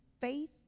faith